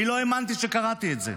אני לא האמנתי שקראתי את זה.